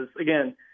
again